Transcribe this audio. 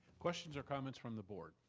questions or comments from the board?